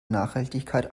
nachhaltigkeit